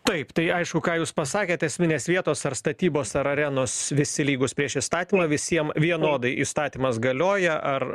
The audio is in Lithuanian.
taip tai aišku ką jūs pasakėt esminės vietos ar statybos ar arenos visi lygūs prieš įstatymą visiem vienodai įstatymas galioja ar